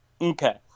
Okay